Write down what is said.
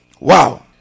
Wow